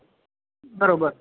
બરોબર